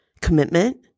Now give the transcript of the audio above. commitment